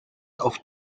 auf